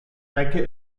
strecke